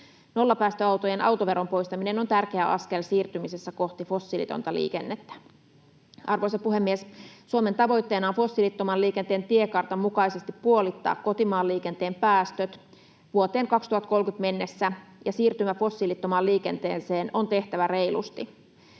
Nollapäästöautojen autoveron poistaminen on tärkeä askel siirtymisessä kohti fossiilitonta liikennettä. Arvoisa puhemies! Suomen tavoitteena on fossiilittoman liikenteen tiekartan mukaisesti puolittaa kotimaan liikenteen päästöt vuoteen 2030 mennessä, ja siirtymä fossiilittomaan liikenteeseen on tehtävä reilusti.